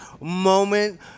moment